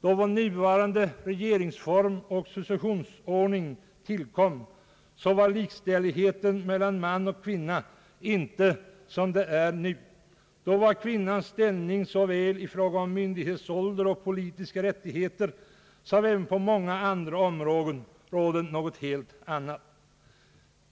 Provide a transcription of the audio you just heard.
då den nuvarande regeringsformen och successionsordningen tillkom, inte var som nu, utan då var kvinnans ställning såväl i fråga om myndighetsålder och politiska rättigheter som på många andra områden en helt annan än 1 dag.